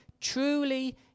Truly